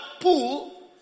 pool